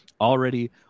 already